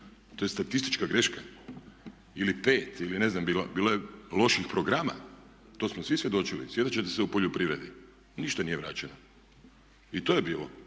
To je statistička greška. Ili 5 ili ne znam, bilo je loših programa to smo svi svjedočili, sjetit ćete se u poljoprivredi, ništa nije vraćeno. I to je bilo